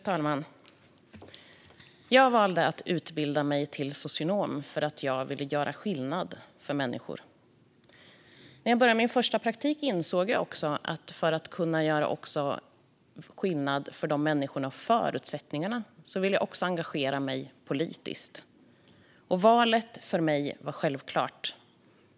Fru talman! Jag valde att utbilda mig till socionom för att jag ville göra skillnad för människor. När jag började min första praktik insåg jag att jag för att också kunna göra skillnad vad gäller människors förutsättningar ville engagera mig politiskt. Valet var självklart.